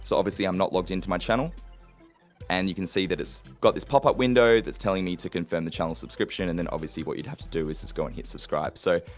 so obviously i'm not logged into my channel and you can see that its got this pop-up window that's telling me to confirm the channel subscription and then obviously what you'd have to do is just go and hit subscribe. so,